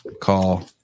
call